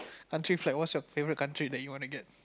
country flag what was your favourite country that you want to get